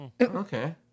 Okay